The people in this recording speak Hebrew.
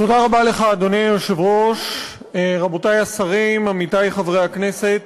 תודה רבה לך, רבותי השרים, עמיתי חברי הכנסת,